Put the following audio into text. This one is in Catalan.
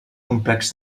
complex